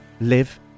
live